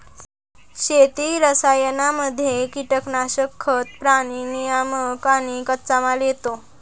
शेती रसायनांमध्ये कीटनाशक, खतं, प्राणी नियामक आणि कच्चामाल येतो